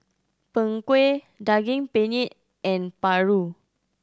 Png Kueh Daging Penyet and paru